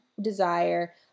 desire